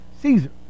Caesar